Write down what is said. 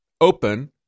open